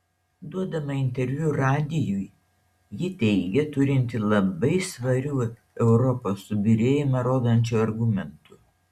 duodama interviu radijui ji teigė turinti labai svarių europos subyrėjimą rodančių argumentų